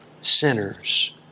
sinners